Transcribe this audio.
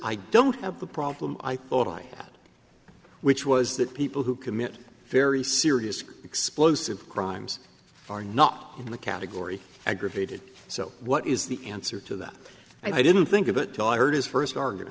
i don't have the problem i thought i had which was that people who commit very serious explosive crimes are not in the category aggravated so what is the answer to that i didn't think of it till i heard his first ar